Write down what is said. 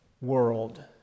world